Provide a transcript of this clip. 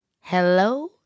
Hello